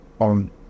on